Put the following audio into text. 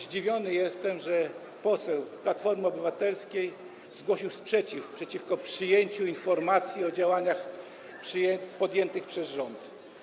Zdziwiony jestem, że poseł Platformy Obywatelskiej zgłosił sprzeciw wobec przyjęcia informacji o działaniach podjętych przez rząd.